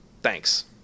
Thanks